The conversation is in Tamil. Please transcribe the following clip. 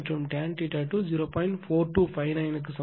4259 க்கு சமம்